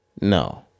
no